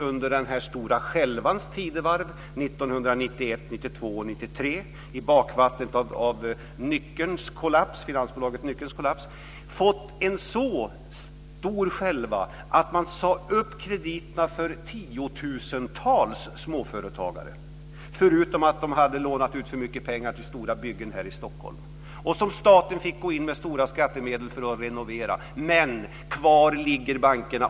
Under den stora skälvans tidevarv 1991-1993, i bakvattnet av finansbolagets Nyckelns kollaps sade man upp krediterna för tiotusentals småföretagare, förutom att de hade lånat ut för mycket pengar till stora byggen här i Stockholm. Sedan fick staten gå in med stora skattemedel och sanera. Men kvar ligger kraven från bankerna.